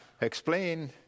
explain